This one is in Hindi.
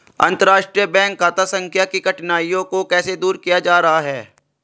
अंतर्राष्ट्रीय बैंक खाता संख्या की कठिनाइयों को कैसे दूर किया जा रहा है?